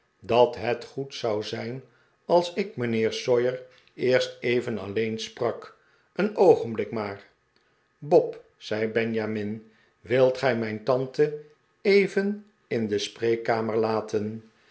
dat het goed zou zijn als ik mijnheer sawyer eerst even alleen sprak een oogenblik maar bob zei benjamin wilt gij mijn tante even in de spreekkamer laten